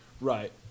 Right